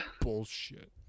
Bullshit